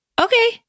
okay